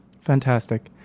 Fantastic